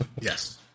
Yes